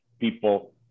people